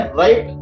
right